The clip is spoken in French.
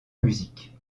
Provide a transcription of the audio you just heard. musique